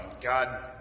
God